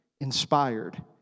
inspired